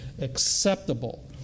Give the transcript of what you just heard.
acceptable